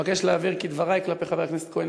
אבקש להבהיר כי דברי כלפי חבר הכנסת כהן,